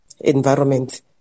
environment